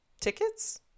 Tickets